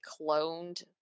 cloned